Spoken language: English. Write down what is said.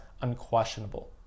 unquestionable